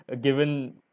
given